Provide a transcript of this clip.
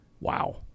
wow